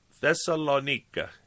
Thessalonica